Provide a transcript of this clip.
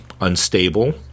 unstable